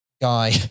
guy